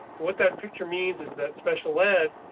what that picture means is that special ed,